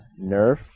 Nerf